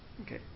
Okay